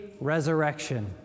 resurrection